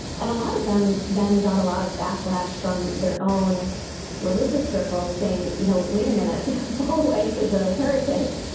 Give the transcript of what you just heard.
and a lot of them then got a lot of backlash from their own religious circles saying you know wait a minute paul white is a heretic.